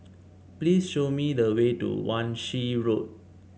please show me the way to Wan Shih Road